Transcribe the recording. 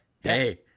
Hey